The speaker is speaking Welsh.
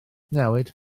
newid